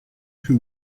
who